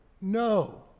No